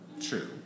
true